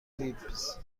فیبز